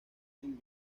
sin